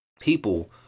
people